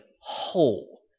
whole